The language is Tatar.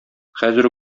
хәзер